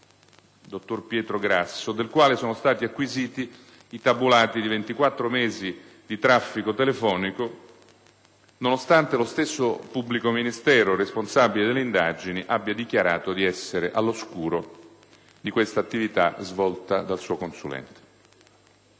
dottor Pietro Grasso, del quale sono stati acquisiti i tabulati di 24 mesi di traffico telefonico, nonostante lo stesso pubblico ministero responsabile delle indagini abbia dichiarato di essere all'oscuro di questa attività svolta dal suo consulente.